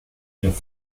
jedoch